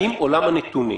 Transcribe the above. האם עולם הנתונים